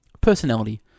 Personality